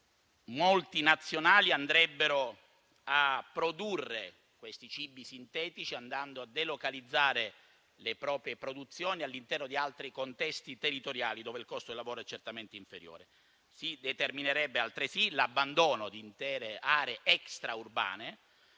multinazionali andrebbero a produrre cibi sintetici, andando a delocalizzare le proprie produzioni all'interno di altri contesti territoriali, dove il costo del lavoro è certamente inferiore. Si determinerebbe altresì l'abbandono di intere aree extraurbane